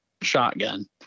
shotgun